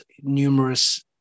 numerous